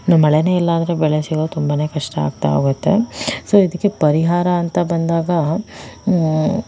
ಮಳೆಯೇ ಇಲ್ಲ ಅಂದರೆ ಬೆಳೆ ಸಿಗೋದು ತುಂಬಾನೇ ಕಷ್ಟ ಆಗ್ತಾ ಹೋಗತ್ತೆ ಸೊ ಇದಕ್ಕೆ ಪರಿಹಾರ ಅಂತ ಬಂದಾಗ